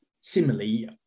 Similarly